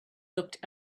looked